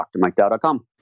drmikedow.com